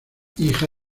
hija